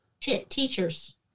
Teachers